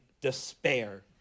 despair